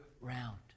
round